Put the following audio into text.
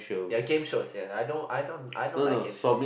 ya game shows ya I don't I don't I don't like game show